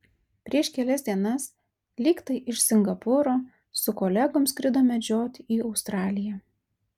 prieš kelias dienas lyg tai iš singapūro su kolegom skrido medžiot į australiją